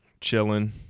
chilling